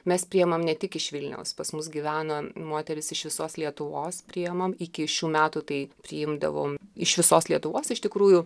mes priemam ne tik iš vilniaus pas mus gyvena moterys iš visos lietuvos priemam iki šių metų tai priimdavom iš visos lietuvos iš tikrųjų